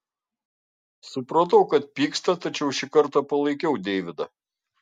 supratau kad pyksta tačiau šį kartą palaikiau deividą